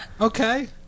okay